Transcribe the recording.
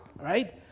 Right